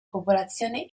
popolazione